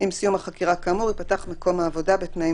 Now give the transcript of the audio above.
עם סיום החקירה כאמור ייפתח מקום העבודה בתנאים